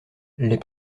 les